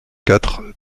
quatre